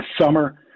Summer